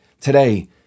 Today